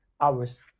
hours